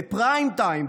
בפריים טיים,